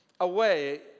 away